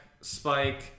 Spike